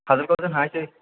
खाजलगाव जों थांनोसै